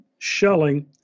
Shelling